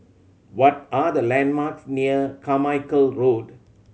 what are the landmarks near Carmichael Road